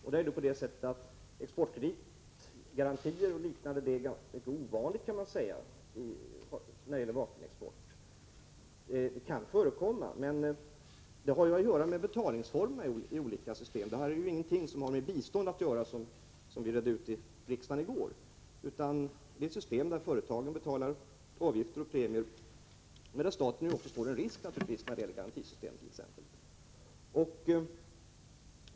Man kan säga att det är mycket ovanligt med exportkreditgarantier och liknande, när det gäller vapenexport. Det kan förekomma, men det har att göra med betalningsformerna i olika system. Det här är, som vi redde ut i kammaren i går, ingenting som har med bistånd att göra, utan det är ett system där företagen betalar avgifter och premier, medan staten naturligtvis står en risk, t.ex. när det gäller garantisystem.